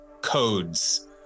codes